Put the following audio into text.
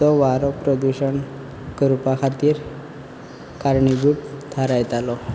जो वारो प्रदुशण करपा खातीर कारणीभूत थारायतालो